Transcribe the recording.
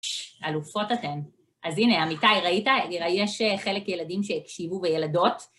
אלופות אתן. אז הנה, אמיתאי, ראית? נראה שיש חלק ילדים שהקשיבו, וילדות?